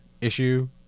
issue